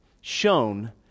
shown